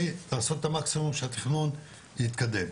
לעשות את המקסימום כדי שהתכנון יתקדם.